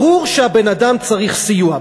ברור שהבן-אדם צריך סיוע,